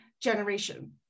generation